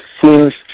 seems